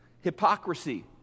hypocrisy